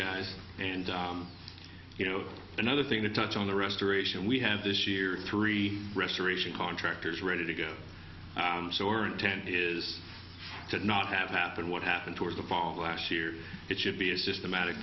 guys and you know another thing to touch on the restoration we have this year three restoration contractors ready to go so our intent is to not have happened what happened towards the fall last year it should be a systematic